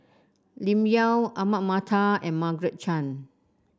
Lim Yau Ahmad Mattar and Margaret Chan